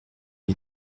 est